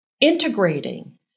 integrating